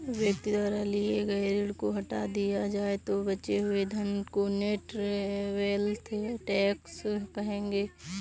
व्यक्ति द्वारा लिए गए ऋण को हटा दिया जाए तो बचे हुए धन को नेट वेल्थ टैक्स कहेंगे